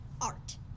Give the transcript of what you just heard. Art